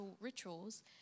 rituals